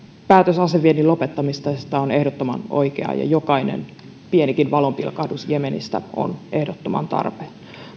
päätös aseviennin lopettamisesta on ehdottoman oikea ja jokainen pienikin valonpilkahdus jemenistä on ehdottoman tarpeen